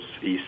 east